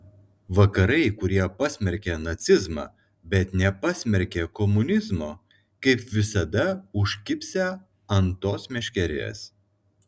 vakarai kurie pasmerkė nacizmą bet nepasmerkė komunizmo kaip visada užkibsią ant tos meškerės